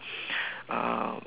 uh